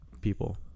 people